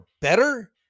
better